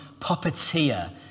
puppeteer